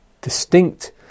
distinct